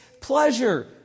pleasure